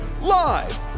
Live